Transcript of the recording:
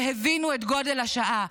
שהבינו את גודל השעה.